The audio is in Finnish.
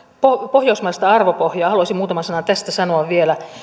pohjoismaista arvopohjaa haluaisin muutaman sanan tästä sanoa vielä